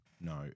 no